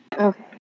Okay